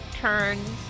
turns